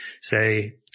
say